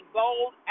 bold